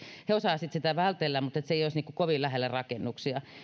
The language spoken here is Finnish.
he osaavat sitten sitä vältellä mutta niin että se ei olisi kovin lähellä rakennuksia